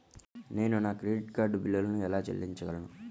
నేను నా credit card బిల్లును ఎలా చెల్లించగలను?